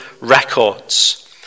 records